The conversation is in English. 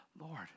Lord